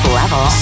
level